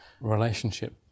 relationship